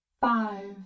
Five